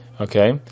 Okay